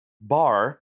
bar